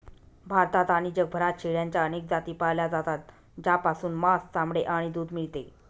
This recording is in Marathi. भारतात आणि जगभरात शेळ्यांच्या अनेक जाती पाळल्या जातात, ज्यापासून मांस, चामडे आणि दूध मिळते